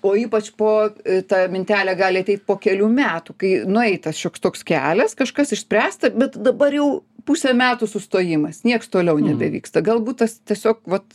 o ypač po ta mintelė gali ateit po kelių metų kai nueitas šioks toks kelias kažkas išspręsta bet dabar jau pusę metų sustojimas nieks toliau nebevyksta galbūt tiesiog vat